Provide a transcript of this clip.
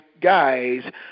guys